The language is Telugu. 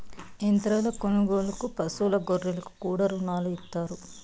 యంత్రాల కొనుగోలుకు పశువులు గొర్రెలకు కూడా రుణాలు ఇత్తారు